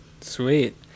Sweet